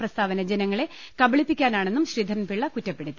പ്രസ്താ വന ജനങ്ങളെ കബളിപ്പിക്കാനാണെന്നും ശ്രീധരൻപിള്ള കുറ്റ പ്പെടുത്തി